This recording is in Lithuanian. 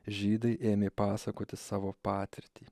žydai ėmė pasakoti savo patirtį